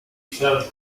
felt